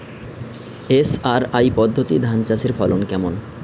SRI পদ্ধতি ধান চাষের ফলন কেমন?